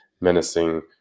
menacing